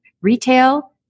retail